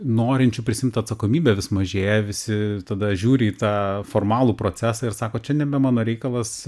norinčių prisiimt atsakomybę vis mažėja visi tada žiūri į tą formalų procesą ir sako čia nebe mano reikalas